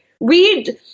Read